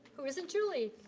who isn't julie,